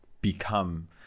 become